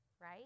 right